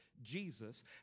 Jesus